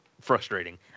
frustrating